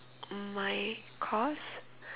my course